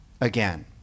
again